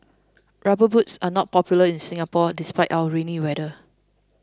rubber boots are not popular in Singapore despite our rainy weather